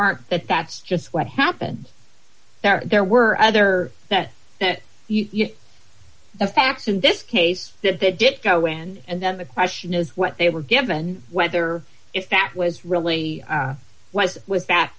are that that's just what happened there were other that that you know the facts in this case that they did go in and then the question is what they were given whether if that was really was was that